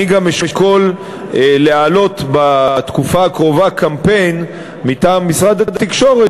אני גם אשקול להעלות בתקופה הקרובה קמפיין מטעם משרד התקשורת